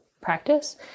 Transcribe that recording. practice